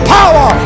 power